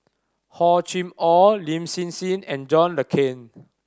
Hor Chim Or Lin Hsin Hsin and John Le Cain